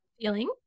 Feeling